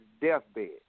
deathbed